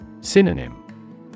Synonym